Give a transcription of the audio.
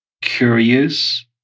curious